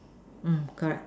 mm correct